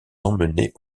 emmener